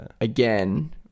again